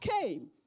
came